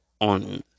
on